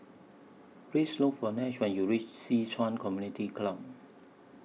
Please Look For Nash when YOU REACH Ci Yuan Community Club